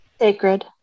Sacred